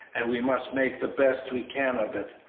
and we must make the best we can of it.